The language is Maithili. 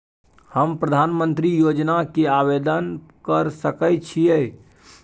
हम प्रधानमंत्री योजना के आवेदन कर सके छीये?